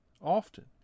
often